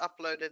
uploaded